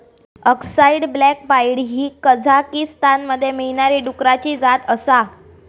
अक्साई black pied ही कझाकीस्तानमध्ये मिळणारी डुकराची जात आसा